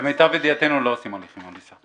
--- אני מבקשת שיהיה